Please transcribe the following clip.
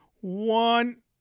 one